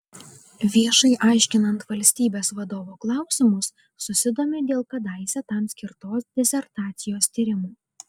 viešai aiškinant valstybės vadovo klausimus susidomiu dėl kadaise tam skirtos disertacijos tyrimų